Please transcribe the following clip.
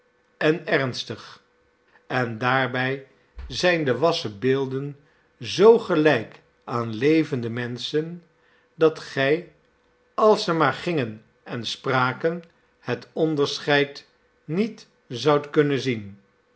en ernstig en daarbij zijn de wassen beelden zoo gelijk aan levende menschen dat gij als ze maar gingen en spraken het onderscheid niet zoudt kunnen zien